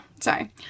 Sorry